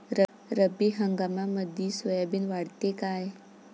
रब्बी हंगामामंदी सोयाबीन वाढते काय?